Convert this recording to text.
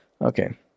Okay